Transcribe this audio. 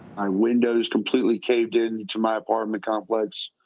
my windows completely caved into my apartment complex.